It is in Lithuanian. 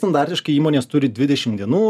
standartiškai įmonės turi dvidešimt dienų